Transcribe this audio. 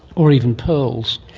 or even pearls.